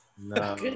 No